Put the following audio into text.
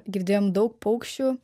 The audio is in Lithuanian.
girdėjom daug paukščių